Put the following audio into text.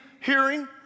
hearing